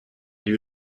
lui